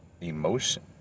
emotion